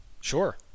Sure